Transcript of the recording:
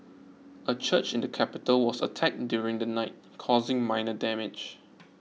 a church in the capital was attacked during the night causing minor damage